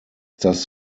das